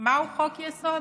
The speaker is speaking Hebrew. מהו חוק-יסוד,